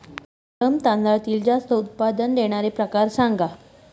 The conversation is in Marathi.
कोलम तांदळातील जास्त उत्पादन देणारे प्रकार सांगा